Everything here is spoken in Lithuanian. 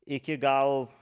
iki gal